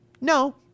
No